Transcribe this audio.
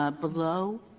ah below,